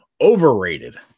overrated